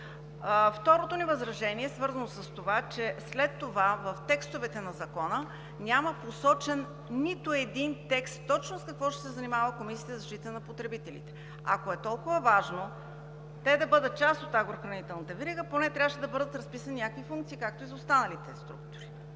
Второто ни възражение е свързано с това, че след това в текстовете на Закона няма посочен нито един текст точно с какво ще се занимава Комисията за защита на потребителите. Ако е толкова важно те да бъдат част от агрохранителната верига, поне трябваше да бъдат разписани някакви функции, както и за останалите структури.